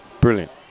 Brilliant